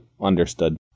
understood